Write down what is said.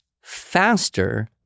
faster